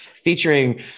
Featuring